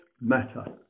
matter